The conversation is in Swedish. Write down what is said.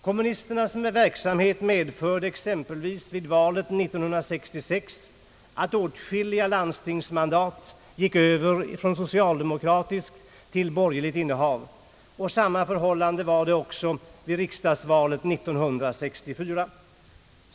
Kommunisternas verksamhet medförde exempelvis vid valet 1966 att åtskilliga landstingsmandat gick över från socialdemokratiskt till borgerligt innehav. Samma förhållande var det också vid riksdagsvalet 1964.